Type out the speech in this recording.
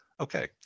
Okay